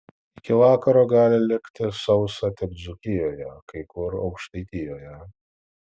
iki vakaro gali likti sausa tik dzūkijoje kai kur aukštaitijoje